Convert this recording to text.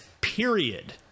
period